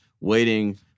waiting